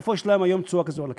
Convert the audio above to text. איפה יש להם היום תשואה כזו על הכסף?